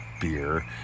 beer